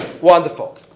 wonderful